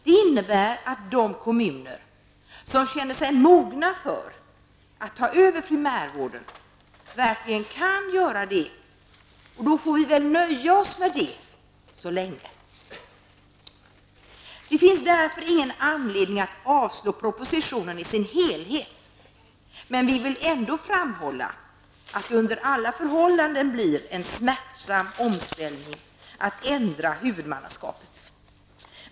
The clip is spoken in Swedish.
Det innebär att de kommuner som känner sig mogna för att ta över primärvården verkligen kan göra det. Vi får nöja oss med det så länge. Det finns därför ingen anledning att avslå propositionen i dess helhet. Vi vill ändå framhålla att det under alla förhållanden blir en smärtsam omställning att ändra huvudmannaskapet.